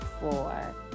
four